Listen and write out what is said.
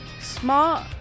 Smart